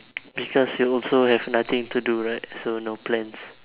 because you also have nothing to do right so no plans